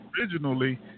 originally